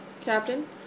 Captain